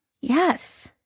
Yes